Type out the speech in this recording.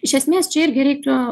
iš esmės čia irgi reiktų